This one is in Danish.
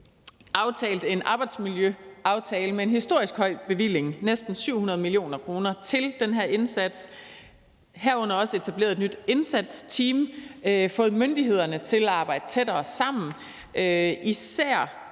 aftalt en arbejdsmiljøaftale med en historisk høj bevilling, næsten 700 mio. kr., til den her indsats, herunder også etableret et nyt indsatsteam, fået myndighederne til at arbejde tættere sammen, især